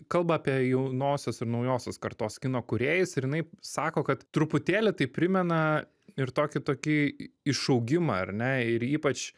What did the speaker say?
kalba apie jaunosios ir naujosios kartos kino kūrėjus ir jinai sako kad truputėlį tai primena ir tokį tokį išaugimą ar ne ir ypač